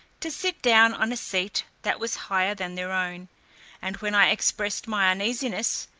to sit down on a seat that was higher than their own and when i expressed my uneasiness,